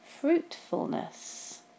Fruitfulness